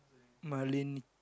Marlin